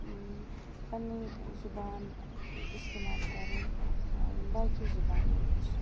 پَنٕنۍ زُبان استِعمال کَرٕنۍ باقٕے زُبانن نِش